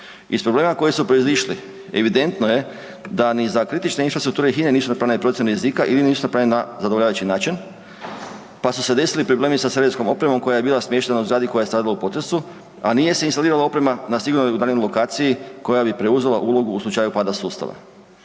Iz problema koji su proizišli evidentno je da ni za kritičke infrastrukture HINE nisu napravljene procjene rizika ili nisu napravljene na zadovoljavajući način, pa su se desili problemi sa serijskom opremom koja je bila smještena u zgradi koja je stradala u potresu, a nije se instalirala oprema na sigurnoj i udaljenoj lokaciji koja bi preuzela ulogu u slučaju pada sustava.